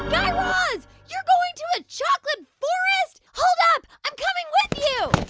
guy raz, you're going to a chocolate forest? hold up. i'm coming with you